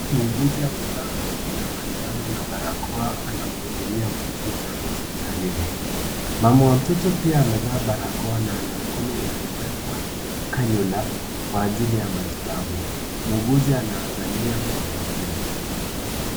Muuguzi amevaa koti la manjano na barakoa anamhudumia mtoto mchanga hospitalini, mama wa mtoto pia amevaa barakoa na ana mkono uliowekwa canular kwa ajili ya matibabu muuguzi anaangalia kwa makini.